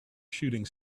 shooting